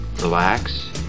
relax